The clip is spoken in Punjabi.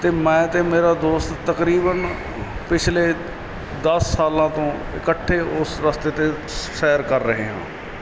ਅਤੇ ਮੈਂ ਅਤੇ ਮੇਰਾ ਦੋਸਤ ਤਕਰੀਬਨ ਪਿਛਲੇ ਦਸ ਸਾਲਾਂ ਤੋਂ ਇਕੱਠੇ ਉਸ ਰਸਤੇ 'ਤੇ ਸੈਰ ਕਰ ਰਹੇ ਹਾਂ